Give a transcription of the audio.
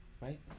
Right